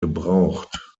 gebraucht